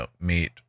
meet